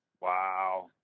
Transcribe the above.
wow